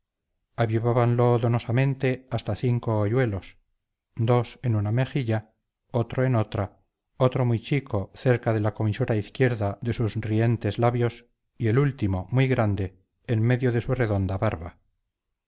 escultural avivábanlo donosamente hasta cinco hoyuelos dos en una mejilla otro en otra otro muy chico cerca de la comisura izquierda de sus rientes labios y el último muy grande en medio de su redonda barba